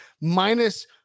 minus –